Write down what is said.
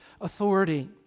authority